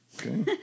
Okay